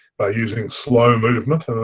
by using slow movement,